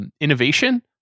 innovation